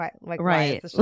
Right